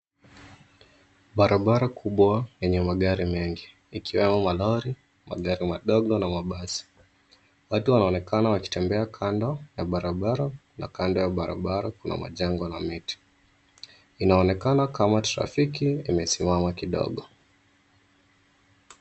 Barabara kubwa yenye magari mengi, ikiwemo malori, magari madogo na mabasi. Watu wanaonekana wakitembea kando ya barabara na kando ya barabara kuna majengo na miti. Inaonekana kama trafiki imesimama kidogo.